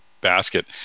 basket